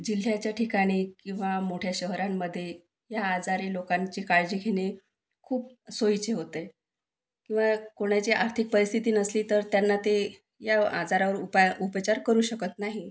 जिल्ह्याच्या ठिकाणी किंवा मोठ्या शहरांमध्ये ह्या आजारी लोकांची काळजी घेणे खूप सोयीचे होते किंवा कोणाची आर्थिक परिस्थिती नसली तर त्यांना ते या आजारावर उपाय उपचार करू शकत नाही